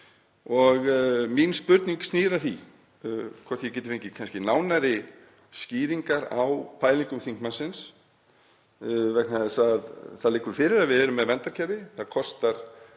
Mín spurning snýr að því hvort ég geti fengið kannski nánari skýringar á pælingum þingmannsins. Það liggur fyrir að við erum með verndarkerfi. Það kostar 15